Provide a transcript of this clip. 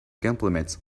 compliments